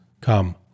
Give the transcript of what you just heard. Come